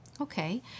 Okay